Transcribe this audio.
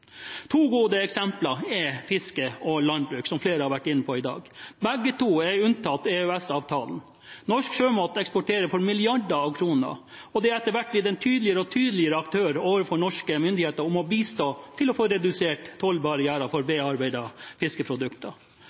To gode eksempler er fiske og landbruk, som flere har vært inne på i dag. Begge to er unntatt EØS-avtalen. Norsk sjømat eksporterer for milliarder av kroner, og har etter hvert blitt en tydeligere og tydeligere aktør overfor norske myndigheter med tanke på å bistå for å få redusert tollbarrierer for bearbeidede fiskeprodukter.